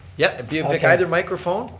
yeah, if you pick either microphone.